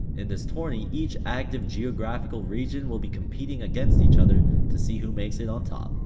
in this tourney, each active geographical region will be competing against eachother to see who makes it on top.